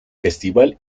festival